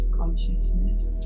consciousness